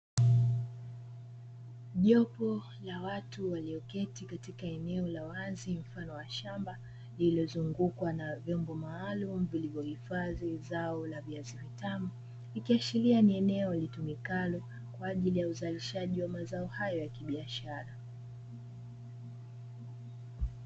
Jopo la watu walioketi katika eneo la wazi mfano wa shamba, lililozungukwa na vyombo maalum lililohifadhi zao la viazi vitamu, likiashiria kuwa ni eneo litumikalo kwa ajili ya uhifadhi wa mazao hayo ya kibiashara.